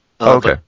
Okay